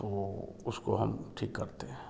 तो उसको हम ठीक करते हैं